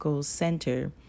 center